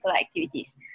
activities